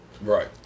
Right